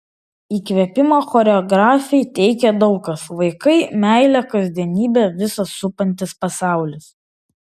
įkvėpimą choreografei teikia daug kas vaikai meilė kasdienybė visas supantis pasaulis